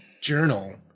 Journal